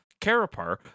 Karapar